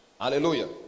hallelujah